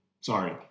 sorry